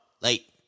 late